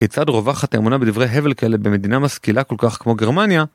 כיצד רווחת האמונה בדברי הבל כאתה במדינה משכילה כל כך כמו גרמניה?